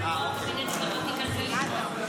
אה, אוקיי.